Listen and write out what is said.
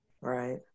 Right